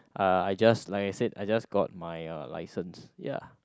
uh I just like I said I just got my uh license ya